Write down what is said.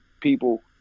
people